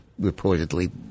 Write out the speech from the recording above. reportedly